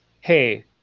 hey